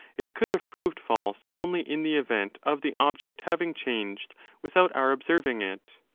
it could have proved false only in the event of the object having changed without our observing it.